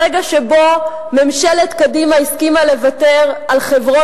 הרגע שבו ממשלת קדימה הסכימה לוותר על חברון,